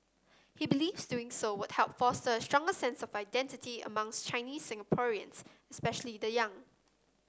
he believes doing so would help foster a stronger sense of identity among Chinese Singaporeans especially the young